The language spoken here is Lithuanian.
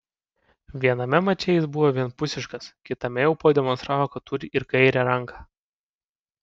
viename mače jis buvo vienpusiškas kitame jau pademonstravo kad turi ir kairę ranką